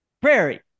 prairie